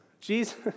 Jesus